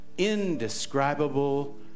indescribable